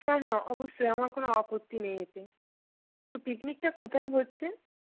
হ্যাঁ হ্যাঁ অবশ্যই আমার কোনো আপত্তি নেই এতে পিকনিকটা কোথায় হচ্ছে